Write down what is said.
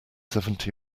seventy